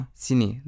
sini